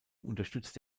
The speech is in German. unterstützt